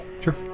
Sure